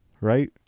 right